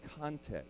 context